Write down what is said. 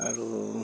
আৰু